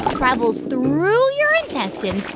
travels through your intestines